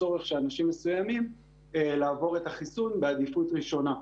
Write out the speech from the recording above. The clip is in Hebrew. הצורך של אנשים מסוימים לעבור את החיסון בעדיפות ראשונה.